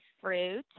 fruit